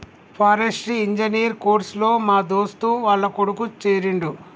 forestry engineer course లో మా దోస్తు వాళ్ల కొడుకు చేరిండు